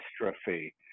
catastrophe